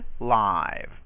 live